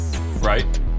Right